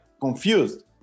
confused